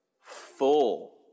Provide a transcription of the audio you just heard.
full